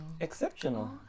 Exceptional